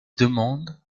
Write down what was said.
demande